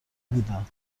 بودن